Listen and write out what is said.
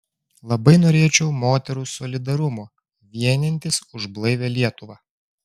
labai norėčiau moterų solidarumo vienijantis už blaivią lietuvą